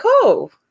cool